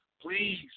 Please